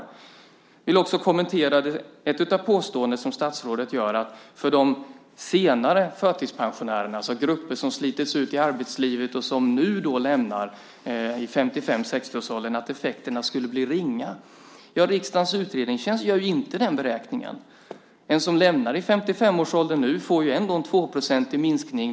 Jag vill också kommentera ett av de påståenden som statsrådet gör, nämligen att effekterna för senare förtidspensionärer - grupper som slitits ut i arbetslivet och som nu lämnar detta vid 55-60 års ålder - blir ringa. Riksdagens utredningstjänst gör inte den beräkningen. Den som nu lämnar arbetslivet vid 55 års ålder får en 2-procentig minskning.